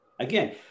Again